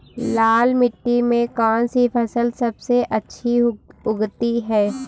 लाल मिट्टी में कौन सी फसल सबसे अच्छी उगती है?